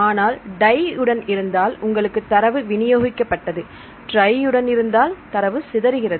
ஆனால் டை உடன் இருந்தால் உங்களுக்கு தரவு விநியோகிக்கப்பட்டது ட்ரை உடன் இருந்தால் தரவு சிதறுகிறது